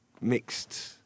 mixed